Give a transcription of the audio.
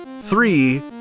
three